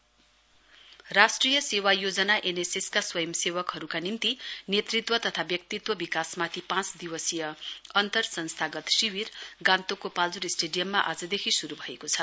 NSS राष्ट्रिय सेवा योजना एनएसएस का स्वयंसेवकहरूका निम्ति नेतृत्व तथा व्यक्तित्व विकासमाथि पाँच दिवसीय अन्तर संस्थागत शिविर गान्तोकको पाल्जोर स्टेडियममा आजदेखि श्रू भएको छ